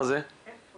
אנחנו